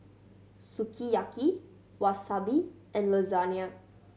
Sukiyaki Wasabi and Lasagna